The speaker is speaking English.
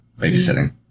babysitting